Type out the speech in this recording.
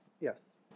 Yes